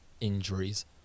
injuries